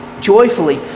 joyfully